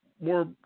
more